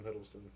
Hiddleston